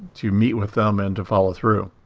to meet with them and to follow through.